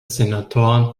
senatoren